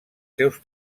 seus